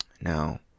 Now